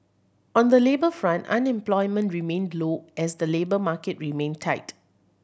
on the labour front unemployment remained low as the labour market remained tight